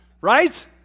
Right